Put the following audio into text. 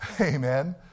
Amen